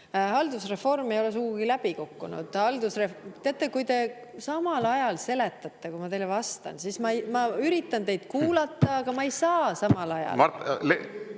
haldusreform… (Saalist räägitakse.) Teate, kui te samal ajal seletate, kui ma teile vastan, siis … Ma üritan teid kuulata, aga ma ei saa samal ajal